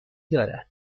دارد